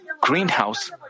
greenhouse